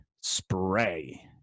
Spray